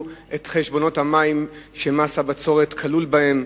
את חשבונות המים שמס הבצורת כלול בהם,